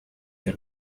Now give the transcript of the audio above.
der